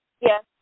Yes